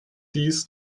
dies